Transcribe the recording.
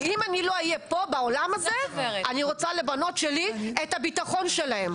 כי אם אני לא אהיה פה בעולם הזה אני רוצה לבנות שלי את הביטחון שלהן.